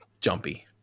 jumpy